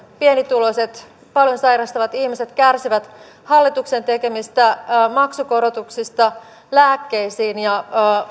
pienituloiset paljon sairastavat ihmiset kärsivät hallituksen tekemistä maksukorotuksista lääkkeisiin ja